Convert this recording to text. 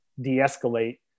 de-escalate